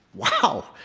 wow.